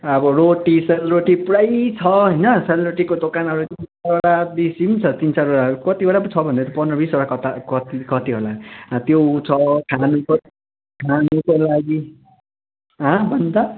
अब रोटी सेल रोटी पूरै छ होइन सेल रोटीको दोकानहरू पनि छ बेसी छ तिन चारवटा कतिवटा पो छ भन्दै थियो पन्ध्र बिसवटा कता कति कति होला त्यो छ खानुको खानुको लागि हाँ भन्नु त